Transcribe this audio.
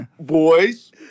boys